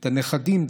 את הנכדים,